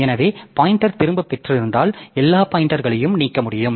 எனவே பாய்ன்டெர் திரும்பப் பெற்றிருந்தால் எல்லா பாய்ன்டெர்களையும் நீக்க முடியும்